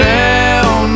down